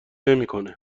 نمیکنه